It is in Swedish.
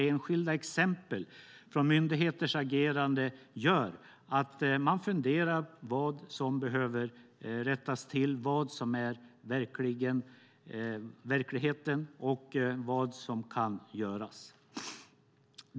Enskilda exempel på myndigheters agerande gör att man funderar på vad som behöver rättas till, vilken verkligheten är och vad som kan göras.